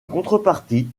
contrepartie